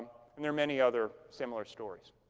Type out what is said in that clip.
um and there are many other similar stories.